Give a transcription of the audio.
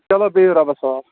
چلو بِہِو رۄبَس حوال